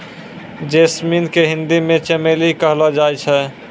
jasmine के हिंदी मे चमेली कहलो जाय छै